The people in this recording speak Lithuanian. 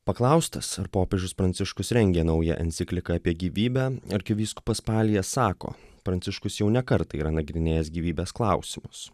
paklaustas ar popiežius pranciškus rengia naują encikliką apie gyvybę arkivyskupas palija sako pranciškus jau ne kartą yra nagrinėjęs gyvybės klausimus